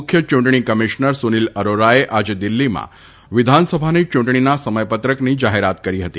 મુખ્ય યૂંટણી કમિશ્નર સુનિલ અરાશએ આજે દિલ્ફીમાં વિધાનસભાની યૂંટણીના સમયપત્રકની જાહેરાત કરી હતી